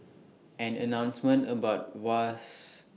an announcement about was